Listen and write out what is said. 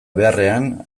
beharrean